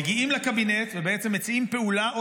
מגיעים לקבינט ובעצם מציעים פעולה או